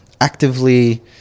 actively